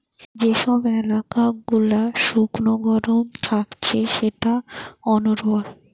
যে সব এলাকা গুলা শুকনো গরম থাকছে সেটা অনুর্বর